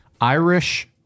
Irish